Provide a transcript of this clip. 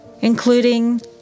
including